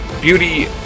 Beauty